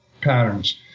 patterns